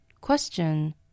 Question